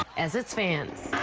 as it stands.